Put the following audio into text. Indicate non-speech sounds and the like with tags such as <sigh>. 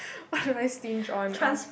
<breath> what do I stinge on ah